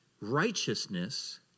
Righteousness